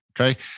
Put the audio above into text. Okay